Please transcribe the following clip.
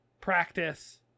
practice